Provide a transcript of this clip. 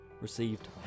Received